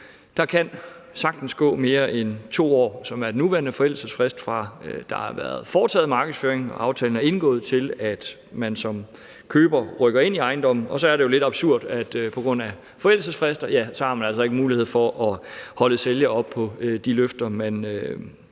der kan sagtens gå mere end 2 år, som er den nuværende forældelsesfrist, fra at der har været foretaget markedsføring og aftalen er indgået, til at man som køber rykker ind i ejendommen. Og så er det jo lidt absurd, at man på grund af forældelsesfrister altså ikke har mulighed for at holde sælger oppe på de løfter, man